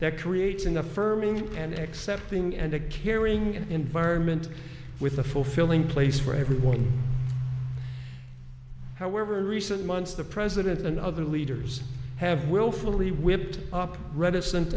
that creates an affirming and accepting and a caring environment with a fulfilling place for everyone however recent months the president and other leaders have willfully whipped up reticent